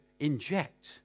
inject